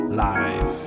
life